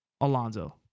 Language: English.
Alonso